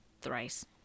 thrice